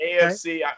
AFC